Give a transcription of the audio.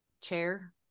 chair